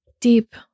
deep